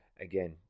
Again